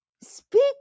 speak